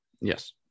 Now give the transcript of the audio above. Yes